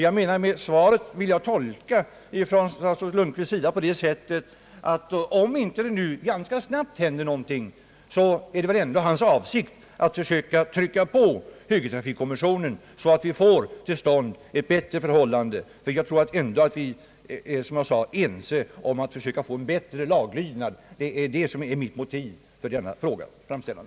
Jag tolkar statsrådet Lundkvists svar på det sättet att om det nu inte händer någonting ganska snart, är det hans avsikt att försöka skynda på högertrafikkommissionen. Som jag sade, tror jag att vi är överens om att man bör försöka åstadkomma en bättre laglydnad. Det är mitt motiv för denna frågas framställande.